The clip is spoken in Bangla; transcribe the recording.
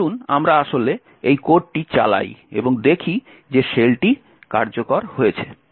তাই আসুন আমরা আসলে এই কোডটি চালাই এবং দেখি যে শেলটি কার্যকর হয়েছে